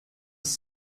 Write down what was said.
ist